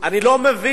אני לא מבין.